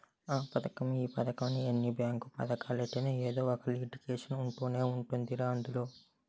ఆ పదకం ఈ పదకమని ఎన్ని బేంకు పదకాలెట్టినా ఎదో ఒక లిటికేషన్ ఉంటనే ఉంటదిరా అందులో